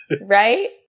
right